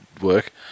work